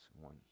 one